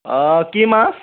অ কি মাছ